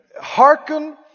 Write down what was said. Hearken